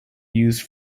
used